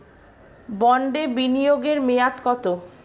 বন্ডে বিনিয়োগ এর মেয়াদ কত?